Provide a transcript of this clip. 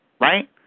Right